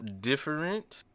different